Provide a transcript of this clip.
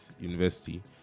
university